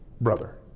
brother